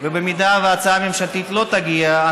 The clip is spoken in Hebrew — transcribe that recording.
ואם ההצעה הממשלתית לא תגיע,